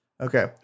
Okay